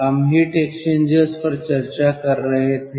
हम heat exchangers पर चर्चा कर रहे थे